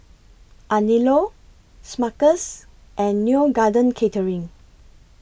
Anello Smuckers and Neo Garden Catering